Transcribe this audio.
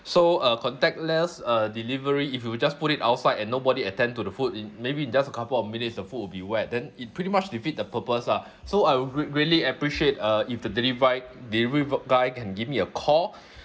so uh contactless uh delivery if you just put it outside and nobody attend to the food in maybe in just a couple of minutes the food will be wet then it pretty much defeat the purpose ah so I would rea~ really appreciate uh if the delivi~ delivery guy can give me a call